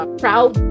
proud